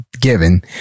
given